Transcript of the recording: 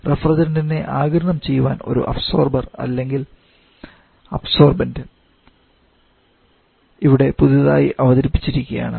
റഫ്രിജറന്റ്നെ ആഗിരണം ചെയ്യാൻ ഒരു അബ്സോർബർ അല്ലെങ്കിൽ അബ്സോർബന്റ് ഇവിടെ പുതുതായി ആയി അവതരിപ്പിച്ചിരിക്കുന്നു